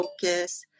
focus